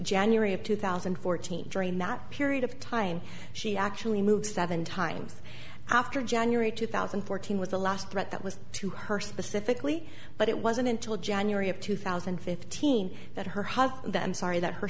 january of two thousand and fourteen during that period of time she actually moved seven times after january two thousand and fourteen with the last threat that was to her specifically but it wasn't until january of two thousand and fifteen that her husband i'm sorry that her